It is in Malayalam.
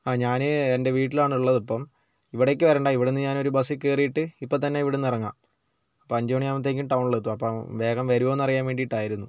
ആഹ് ഞാൻ എൻ്റെ വീട്ടിലാണ് ഉള്ളതിപ്പം ഇവിടേയ്ക്ക് വരണ്ട ഇവിടെ നിന്ന് ഞാൻ ഒരു ബസ്സിൽ കയറിയിട്ട് ഇപ്പത്തന്നെ ഇവിടെ നിന്ന് ഇറങ്ങാം അപ്പ അഞ്ചുമണിയാകുമ്പോഴത്തേക്കും ടൗണിലെത്തും അപ്പം വേഗം വരുമോയെന്ന് അറിയാൻ വേണ്ടിയിട്ടായിരുന്നു